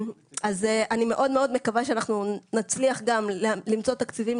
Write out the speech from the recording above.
אני מאוד מאוד מקווה שאנחנו נצליח גם למצוא תקציבים